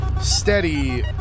steady